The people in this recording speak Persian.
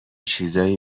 چیزایی